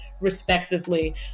respectively